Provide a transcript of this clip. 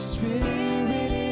Spirit